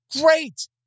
Great